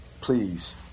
Please